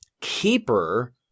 Keeper